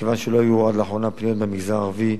מכיוון שלא היו עד לאחרונה פניות מהמגזר הערבי,